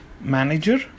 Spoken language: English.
manager